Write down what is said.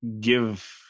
give